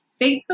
Facebook